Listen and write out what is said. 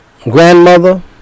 grandmother